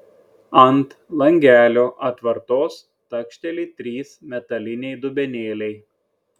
ant langelio atvartos takšteli trys metaliniai dubenėliai